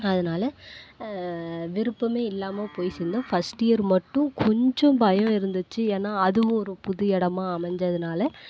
அதனால விருப்பமே இல்லாம போய் சேர்ந்தேன் ஃபர்ஸ்ட்டியர் மட்டும் கொஞ்சம் பயம் இருந்துச்சு ஏன்னா அதுவும் ஒரு புது இடமா அமைஞ்ஞதுனால